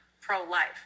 pro-life